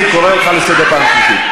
אני קורא אותך לסדר פעם שלישית.